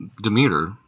Demeter